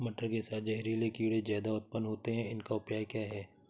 मटर के साथ जहरीले कीड़े ज्यादा उत्पन्न होते हैं इनका उपाय क्या है?